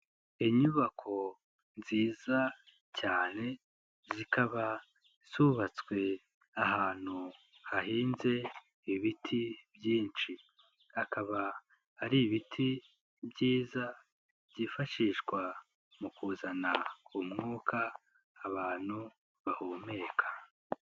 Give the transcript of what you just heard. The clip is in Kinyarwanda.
Inyubako nziza cyane zikaba zubatswe ahantu hahinze ibiti byinshi hakaba ari ibiti byiza byifashishwa mu kuzana umwuka abantu bahumeka.